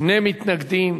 שני מתנגדים.